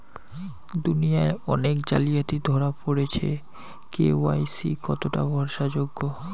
দুনিয়ায় অনেক জালিয়াতি ধরা পরেছে কে.ওয়াই.সি কতোটা ভরসা যোগ্য?